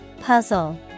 Puzzle